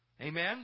Amen